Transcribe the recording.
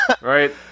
Right